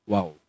Wow